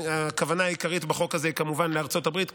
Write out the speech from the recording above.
הכוונה העיקרית בחוק הזה היא כמובן לארצות הברית,